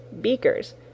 beakers